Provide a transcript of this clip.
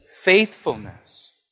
faithfulness